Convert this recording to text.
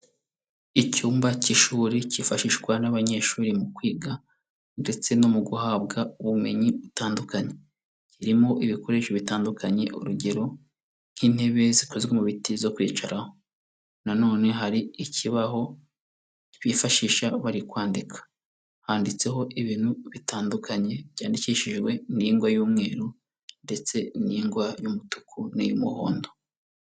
Icyumba cy'ishuri cyifashishwa n'abanyeshuri mu kwiga ndetse no mu guhabwa ubumenyi butandukanye. Kirimo ibikoresho bitandukanye urugero nk'intebe zikozwe mu biti zo kwicaraho na none hari ikibaho bifashisha bari kwandika. Handitseho ibintu bitandukanye byandikishijwe n'ingwa y'umweru ndetse n'ingwa y'umutuku n'iy'umuhondo.